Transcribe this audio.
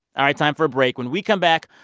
all right. time for a break. when we come back,